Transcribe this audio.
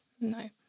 no